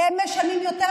הן משלמות יותר,